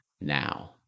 now